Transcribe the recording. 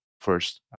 first